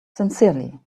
sincerely